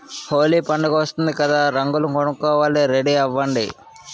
హోలీ పండుగొస్తోంది కదా రంగులు కొనుక్కోవాలి రెడీ అవ్వండి